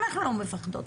אנחנו לא מפחדות,